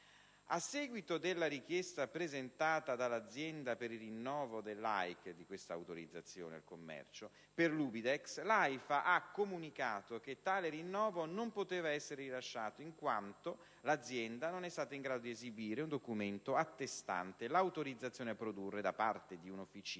A seguito della richiesta presentata dall'Azienda per il rinnovo dell'autorizzazione al commercio per l'Ubidex, l'AIFA ha comunicato che tale rinnovo non poteva essere rilasciato, in quanto l'Azienda non è stata in grado di esibire un documento attestante l'autorizzazione a produrre da parte di un'officina,